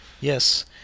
Yes